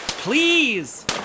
Please